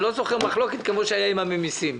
אני לא זוכר מחלוקת כמו שהיה עם הממסים.